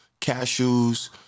cashews